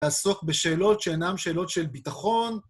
לעסוק בשאלות שאינן שאלות של ביטחון.